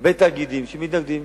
הרבה תאגידים, שמתנגדים.